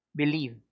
believe